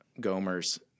Gomer's